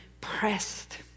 pressed